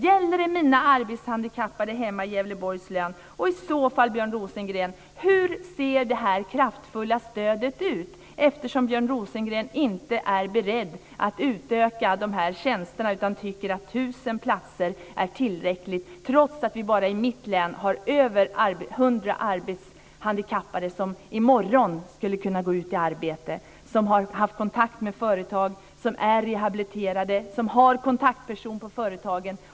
Gäller det mina arbetshandikappade hemma i Gävleborgs län? Hur ser i så fall det kraftfulla stödet ut? Björn Rosengren är inte beredd att utöka tjänsterna utan tycker att 1 000 platser är tillräckligt, trots att vi bara i mitt hemlän har över 100 arbetshandikappade som skulle kunna gå ut i arbete i morgon. De har haft kontakt med företag, de är rehabiliterade och de har kontaktperson på företagen.